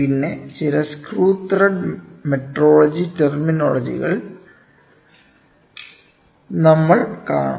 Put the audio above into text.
പിന്നെ ചില screw thread metrology ടെർമിനോളജികൾ നമ്മൾ കാണും